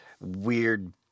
weird